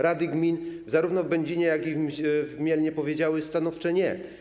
Rady gmin zarówno w Będzinie, jak i w Mielnie powiedziały stanowcze ˝nie˝